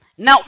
Now